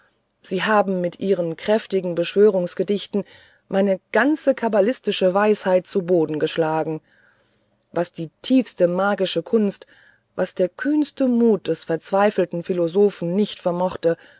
sie haben mit ihrem kräftigen beschwörungsgedicht meine ganze kabbalistische weisheit zu boden geschlagen was die tiefste magische kunst was der kühnste mut des verzweifelnden philosophen nicht vermochte